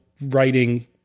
writing